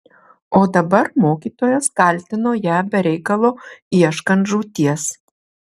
o dabar mokytojas kaltino ją be reikalo ieškant žūties